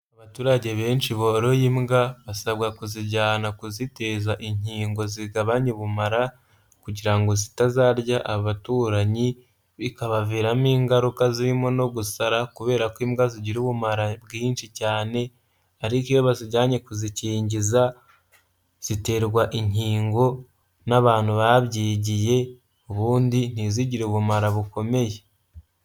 Abaturage benshi boroye imbwa, basabwa kuzijyana kuziteza inkingo zigabanya ubumara, kugira ngo zitazarya abaturanyi bikabaviramo ingaruka zirimo no gusara kubera ko imbwa zigira ubumara bwinshi cyane, ariko iyo bazijyanye kuzikingiza ziterwa inkingo n'abantu babyigiye, ubundi ntizigire ubumara bukomeye.